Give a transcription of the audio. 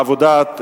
בעבודת,